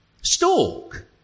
stalk